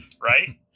Right